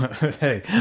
Hey